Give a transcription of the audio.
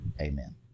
Amen